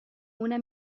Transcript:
una